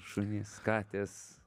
šunys katės